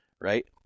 right